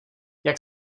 jak